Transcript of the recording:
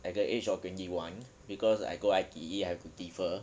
at the age of twenty one because I go I_T_E I have to defer